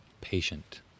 patient